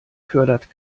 fördert